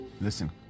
Listen